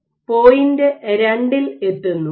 2ൽ എത്തുന്നു